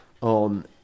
on